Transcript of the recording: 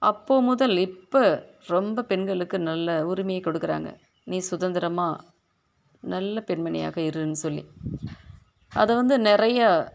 அப்போ முதல் இப்போ ரொம்ப பெண்களுக்கு நல்ல உரிமையை கொடுக்குறாங்க நீ சுதந்திரமாக நல்ல பெண்மணியாக இருன்னு சொல்லி அதை வந்து நிறையா